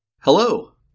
Hello